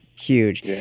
Huge